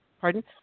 pardon